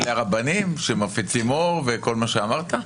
שאלה רבנים שמפיצים אור וכל מה שאמרת?